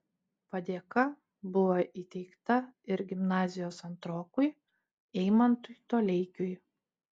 padėka buvo įteikta ir gimnazijos antrokui eimantui toleikiui